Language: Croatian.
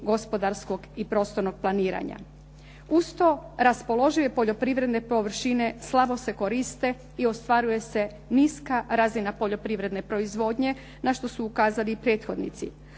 gospodarskog i prostornog planiranja. Uz to raspoložive poljoprivredne površine slabo se koriste i ostvaruje se niska razina poljoprivredne proizvodnje na što su ukazali i prethodnici.